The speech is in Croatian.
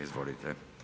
Izvolite.